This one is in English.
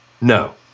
no